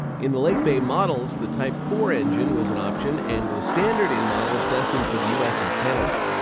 in the late bay models, the type four engine was an option and was standard in models destined for the us and canada.